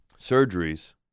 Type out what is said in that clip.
surgeries